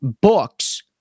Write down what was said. books